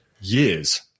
years